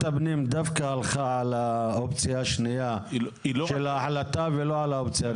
הפנים דווקא הלכה על האופציה השנייה של ההחלטה ולא על האופציה הראשונה?